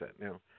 Now